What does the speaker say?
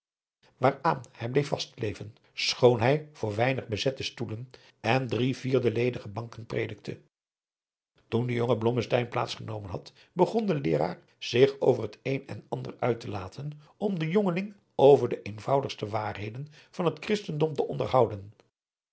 waaraan hij bleef vastkleven schoon hij voor weinig bezette stoelen en drie vierde ledige banken predikte toen de jonge blommesteyn plaats genomen had begon de leeraar zich over het een en ander uit te laten om den jongeling over de eenvoudigste waarheden van het christendom te onderhouden